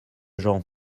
jean